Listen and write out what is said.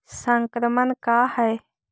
संक्रमण का है?